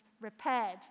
repaired